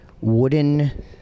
wooden